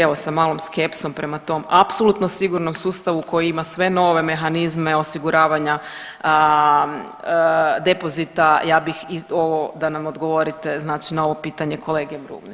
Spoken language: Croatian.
Evo sa malom skepsom prema tom apsolutno sigurnom sustavom koji ima sve nove mehanizme osiguravanja depozita ja bih ovo da nam odgovorite znači na ovo pitanje kolege Brumnića.